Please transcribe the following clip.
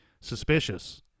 suspicious